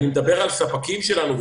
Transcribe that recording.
אני מדבר על ספקים שלנו,